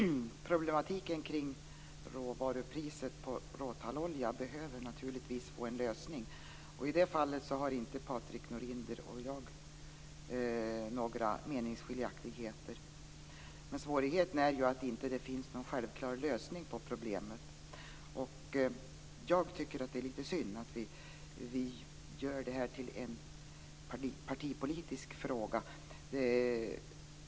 Herr talman! Problematiken kring råvarupriset på råtallolja behöver naturligtvis få en lösning. I den frågan råder inga meningsskiljaktigheter mellan Patrik Norinder och mig. Svårigheten är ju att det inte finns någon självklar lösning på problemet. Det är litet synd att vi gör det här till en partipolitisk fråga.